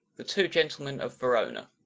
the two gentlemen of verona